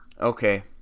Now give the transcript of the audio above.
okay